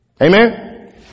Amen